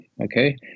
Okay